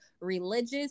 religious